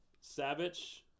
Savage